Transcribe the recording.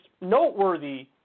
noteworthy